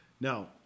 Now